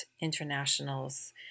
International's